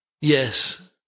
yes